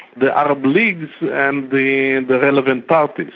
the arab leagues and the and but relevant parties.